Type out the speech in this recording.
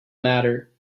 matter